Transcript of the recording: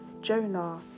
Jonah